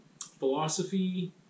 Philosophy